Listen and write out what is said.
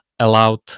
allowed